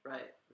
Right